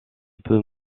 peu